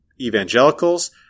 evangelicals